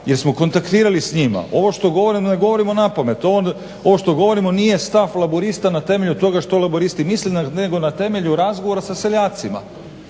jer smo kontaktirali s njima. Ovo što govorimo ne govorimo na pamet ovo što govorimo nije stav laburista na temelju toga što laburisti misle nego na temelju razgovora sa seljacima.